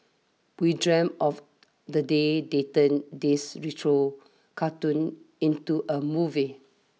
we dreamt of the day they turn this retro cartoon into a movie